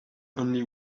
only